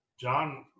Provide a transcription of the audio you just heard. John